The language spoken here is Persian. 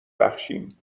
بخشیم